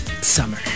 Summer